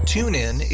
TuneIn